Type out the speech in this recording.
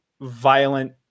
violent